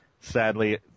sadly